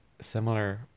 similar